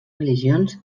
religions